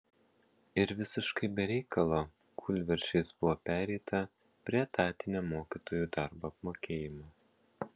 ir visiškai be reikalo kūlversčiais buvo pereita prie etatinio mokytojų darbo apmokėjimo